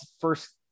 first